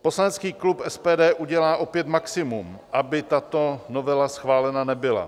Poslanecký klub SPD udělá opět maximum, aby tato novela schválena nebyla.